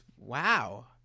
wow